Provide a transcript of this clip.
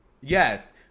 yes